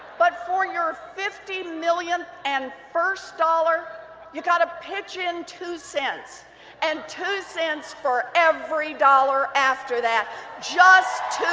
but for your fifty million. and first dollar you've got to pitch in two cents and two cents for every dollar after that just two